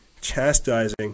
chastising